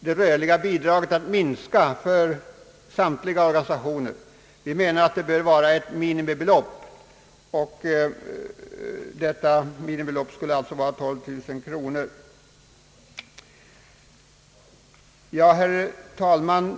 det förhållandet kunna inträffa att det rörliga bidraget minskar för samtliga organisationer. Vi menar att det här bör finnas ett minimibelopp som vi vill fastställa till 12 000 kronor. Herr talman!